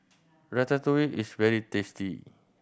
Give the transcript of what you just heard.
ratatouille is very tasty